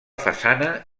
façana